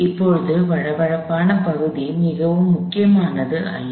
இப்போது வழவழப்பான பகுதி மிகவும் முக்கியமானது அல்ல